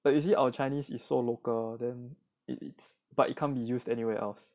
but you see our chinese is so local then it it's but it can't be used anywhere else